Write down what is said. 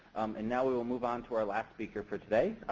and now we will move on to our last speaker for today,